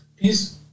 please